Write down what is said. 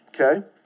Okay